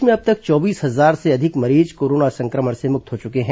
प्रदेश में अब तक चौबीस हजार से अधिक मरीज कोरोना सं क्रमण से मुक्त हो चुके हैं